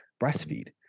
breastfeed